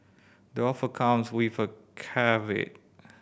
the offer comes with a caveat